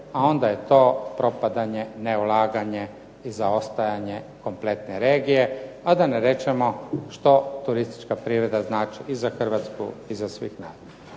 a onda je to propadanje, neulaganje i zaostajanje kompletne regije, a da ne rečemo što turistička privreda znači i za Hrvatsku i za sve nas.